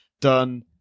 done